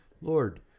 Lord